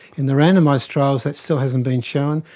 in the randomised trials that still hasn't been shown,